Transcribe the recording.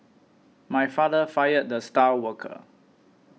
my father fired the star worker